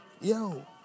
Yo